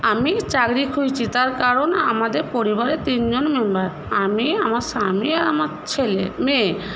আমি চাকরি খুঁজছি তার কারণ আমাদের পরিবারে তিনজন মেম্বার আমি আমার স্বামী আর আমার ছেলে মেয়ে